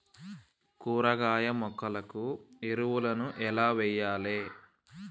కూరగాయ మొక్కలకు ఎరువులను ఎలా వెయ్యాలే?